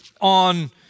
on